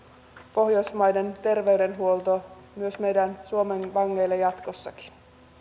pohjoismainen terveydenhuolto myös meidän suomen vangeille jatkossakin